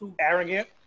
arrogant